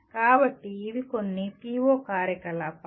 కాబట్టి ఇవి కొన్ని పిఒ కార్యకలాపాలు